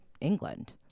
England